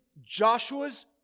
Joshua's